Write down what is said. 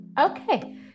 Okay